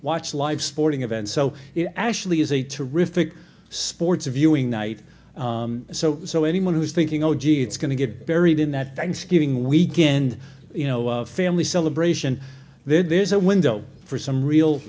watch live sporting events so it actually is a terrific sports viewing night so so anyone who's thinking oh gee it's going to get buried in that thanksgiving weekend you know family celebration there's a window for some real